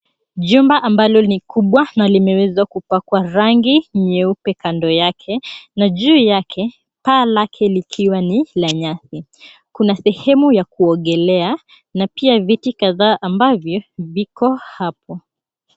Jumba ambalo ni kubwa na limewezwa kupakwa rangi nyeupe kando yake na juu yake paa lake likiwa ni la nyasi. Kuna sehemu ya kuogelea na pia viti kadhaa ambavyo viko hapo.